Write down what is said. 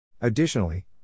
Additionally